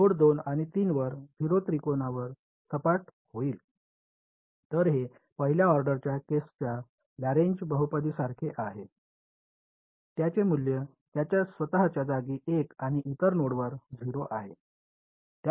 node 2 आणि 3 वर 0 त्रिकोणावर सपाट होईल तर हे पहिल्या ऑर्डरच्या केसांच्या लॅरेंज बहुपदीसारखे आहे त्याचे मूल्य त्याच्या स्वत च्या जागी 1 आणि इतर नोडवर 0 आहे